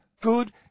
Good